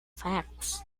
facts